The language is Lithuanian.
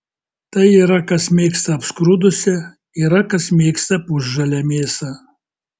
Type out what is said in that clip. tai yra kas mėgsta apskrudusią yra kas mėgsta pusžalę mėsą